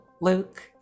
Luke